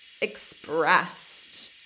expressed